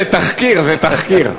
זה תחקיר, זה תחקיר.